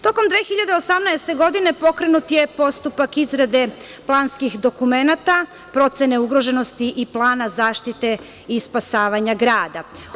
Tokom 2018. godine pokrenut je postupak izrade planskih dokumenata, procene ugroženosti i plana zaštite i spasavanja grada.